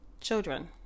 children